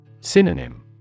Synonym